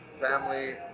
family